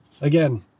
Again